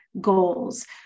goals